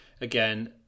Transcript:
Again